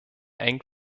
eng